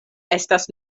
estas